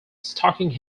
stalking